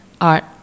art